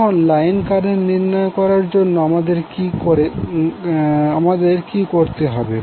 এখন line current নির্ণয় করার জন্য আমাদের কি করে হবে